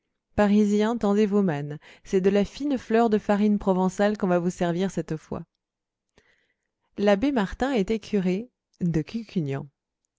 parisiens tendez vos mannes c'est de la fine fleur de farine provençale qu'on va vous servir cette fois l'abbé martin était curé de